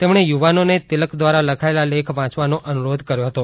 તેમણે યુવાનોને તિલક દ્વારા લખાયેલા લેખ વાંચવાનો અનુરોધ કર્યો હતો